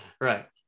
Right